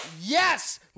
Yes